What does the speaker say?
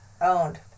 owned